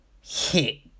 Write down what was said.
hit